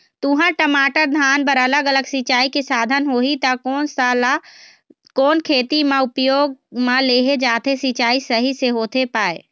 तुंहर, टमाटर, धान बर अलग अलग सिचाई के साधन होही ता कोन सा ला कोन खेती मा उपयोग मा लेहे जाथे, सिचाई सही से होथे पाए?